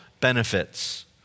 benefits